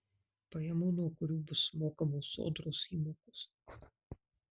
pajamų nuo kurių bus mokamos sodros įmokos